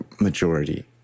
majority